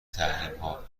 تحریمها